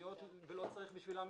שואל אותך למה את